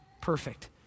Perfect